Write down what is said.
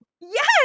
Yes